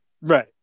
right